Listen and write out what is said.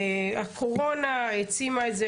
הקורונה העצימה את זה,